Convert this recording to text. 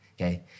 Okay